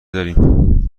داریم